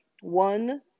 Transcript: one